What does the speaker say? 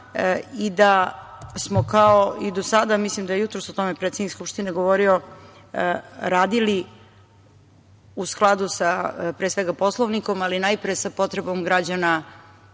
i da smo, kao i do sada, mislim da je jutros o tome predsednik Skupštine govorio, radili u skladu sa, pre svega Poslovnikom, ali najpre sa potrebom građana